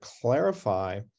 clarify